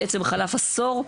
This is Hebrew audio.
בעצם חלף עשור,